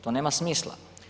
To nema smisla.